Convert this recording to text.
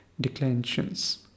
declensions